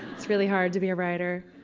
it's really hard to be a writer.